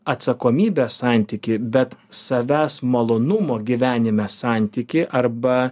atsakomybės santykį bet savęs malonumo gyvenime santykį arba